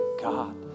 God